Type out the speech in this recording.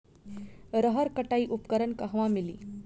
रहर कटाई उपकरण कहवा मिली?